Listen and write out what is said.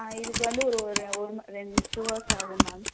ஆ இதுக்கு வந்து ஒரு ஒரு ஒரு மணி ரெண் டூ ஹவர்ஸ் ஆகும் மேம்